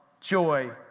joy